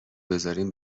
بذارین